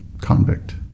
convict